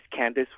Candice